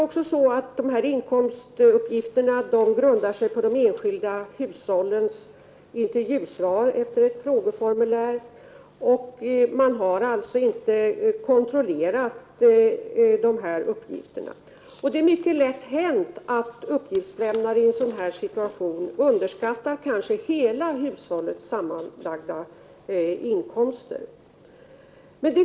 Vidare grundar sig inkomstuppgifterna på de enskilda hushållens intervjusvar — man har använt sig av ett frågeformulär. Uppgifterna har alltså inte kontrollerats. Det är mycket lätt hänt att uppgiftslämnare i en sådan här situation underskattar hela hushållets sammanlagda inkomster.